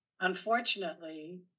Unfortunately